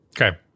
Okay